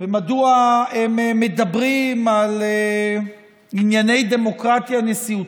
ומדוע הם מדברים על ענייני דמוקרטיה נשיאותית,